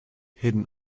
hidden